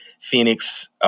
Phoenix